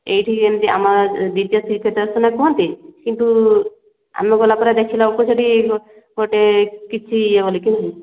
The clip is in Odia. ଏଠି ଆମ ଯେମିତି ଦ୍ୱିତୀୟ ଶ୍ରୀକ୍ଷେତ୍ର ସିନା କୁହନ୍ତି କିନ୍ତୁ ଆମେ ଗଲାପରେ ଦେଖିଲାବେଳକୁ ସେଠି ସେପଟେ କିଛି ଭଲକି